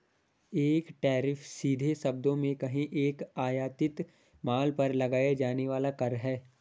एक टैरिफ, सीधे शब्दों में कहें, एक आयातित माल पर लगाया जाने वाला कर है